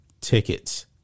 tickets